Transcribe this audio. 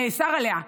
נאסר עליה,